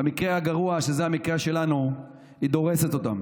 ובמקרה הגרוע, שזה המקרה שלנו, היא דורסת אותם.